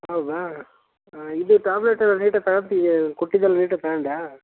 ಹೌದಾ ಇದು ಟ್ಯಾಬ್ಲೆಟ್ ಎಲ್ಲ ನೀಟಾಗಿ ತಗಂತಿದಿಯ ಕೊಟ್ಟಿದೆಲ್ಲ ನೀಟಾಗಿ ತಗಂಡ್ಯಾ